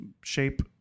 shape